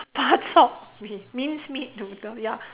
bak chor mee minced meat noodle ya